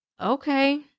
okay